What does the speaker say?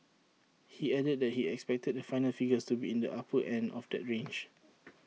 he added that he expected the final figures to be in the upper end of that range